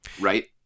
right